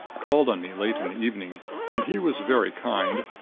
called on me late in the evening and he was very kind.